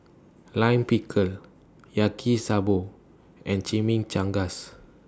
Lime Pickle Yaki Soba and Chimichangas